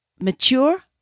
mature